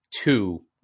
two